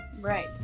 right